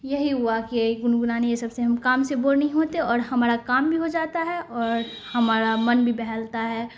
یہی ہوا کہ یہ گنگنانی یہ سب سے ہم کام سے بور نہیں ہوتے اور ہمارا کام بھی ہو جاتا ہے اور ہمارا من بھی بہلتا ہے